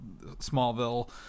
Smallville